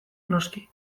noski